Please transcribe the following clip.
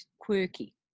quirky